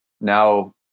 Now